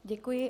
Děkuji.